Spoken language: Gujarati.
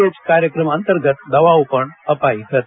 એય કાર્યક્રમ અંતર્ગત દવાઓ પણ અપાઈ હતી